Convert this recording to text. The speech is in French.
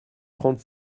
trente